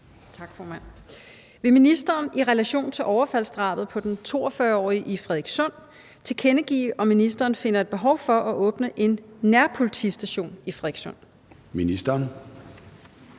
Thiesen (DF): Vil ministeren – i relation til overfaldsdrabet på den 42-årige i Frederikssund – tilkendegive, om ministeren finder et behov for at åbne en nærpolitistation i Frederikssund? Skriftlig